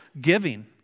giving